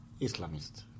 Islamist